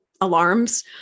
alarms